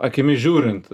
akimis žiūrint